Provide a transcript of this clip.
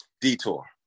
detour